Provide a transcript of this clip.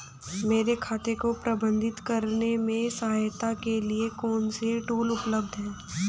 मेरे खाते को प्रबंधित करने में सहायता के लिए कौन से टूल उपलब्ध हैं?